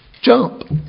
jump